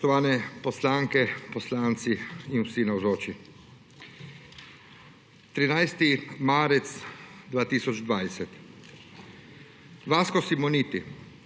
Vasko Simoniti: